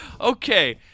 Okay